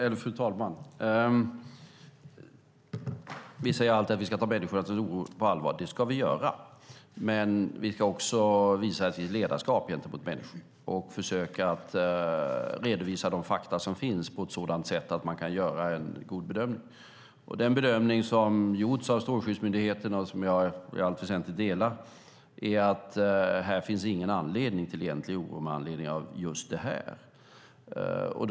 Fru talman! Vi säger alltid att vi ska ta människors oro på allvar. Det ska vi göra. Men vi ska också visa ledarskap mot människor och försöka redovisa de fakta som finns på ett sådant sätt att man kan göra en god bedömning. Den bedömning som har gjorts av Strålsäkerhetsmyndigheten, som jag i allt väsentligt delar, är att det finns inget skäl till egentlig oro med anledning av just denna händelse.